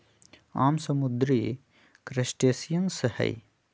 आम समुद्री क्रस्टेशियंस हई